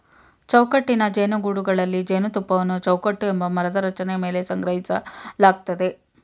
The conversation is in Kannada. ಚೌಕಟ್ಟಿನ ಜೇನುಗೂಡುಗಳಲ್ಲಿ ಜೇನುತುಪ್ಪವನ್ನು ಚೌಕಟ್ಟು ಎಂಬ ಮರದ ರಚನೆ ಮೇಲೆ ಸಂಗ್ರಹಿಸಲಾಗ್ತದೆ